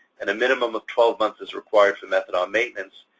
and a minimum of twelve months is required for methadone maintenance,